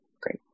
Great